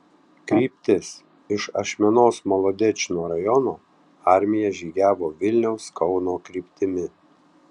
kryptis iš ašmenos molodečno rajono armija žygiavo vilniaus kauno kryptimi